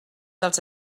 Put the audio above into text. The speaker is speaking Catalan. dels